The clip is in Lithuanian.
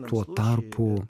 tuo tarpu